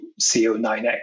CO9X